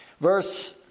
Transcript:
Verse